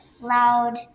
loud